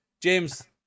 james